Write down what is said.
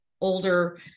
older